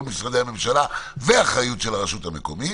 משרדי הממשלה ואחריות של הרשות המקומית.